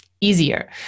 easier